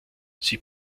sie